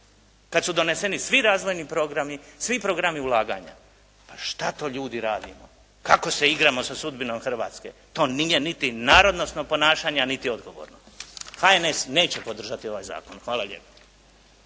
Kad su doneseni svi razvojni programi, svi programi ulaganja, pa što to ljudi radimo? Kako se igramo sa sudbinom Hrvatske? To nije niti narodnosno ponašanje, a niti odgovorno. HNS neće podržati ovaj zakon. Hvala lijepa.